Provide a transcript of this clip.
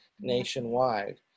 nationwide